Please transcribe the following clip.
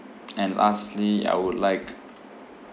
and lastly I would like